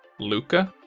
lucca,